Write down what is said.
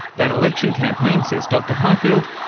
that election campaign, says dr highfield,